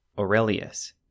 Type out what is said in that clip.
Aurelius